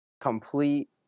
complete